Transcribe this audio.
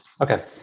Okay